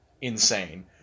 insane